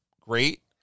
great